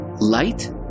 Light